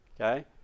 Okay